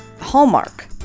hallmark